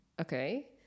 okay